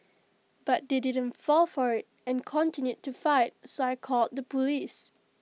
but they didn't fall for IT and continued to fight so I called the Police